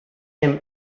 him